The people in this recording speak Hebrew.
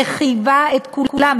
וחייבה את כולם,